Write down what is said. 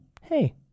hey